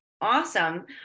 Awesome